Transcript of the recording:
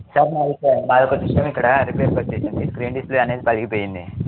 sir మాది ఇక్కడ నాదొక సిస్టం ఇక్కడ రిపేర్కొచ్చేసింది స్క్రీన్ డిస్ప్లే అనేది పలిగిపోయింది